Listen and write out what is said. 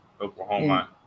Oklahoma